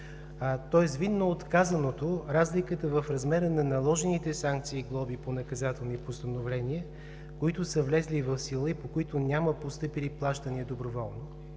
Видно от казаното, разликата в размера на наложените санкции и глоби по наказателни постановления, които са влезли в сила и по които няма постъпили доброволни